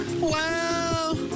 wow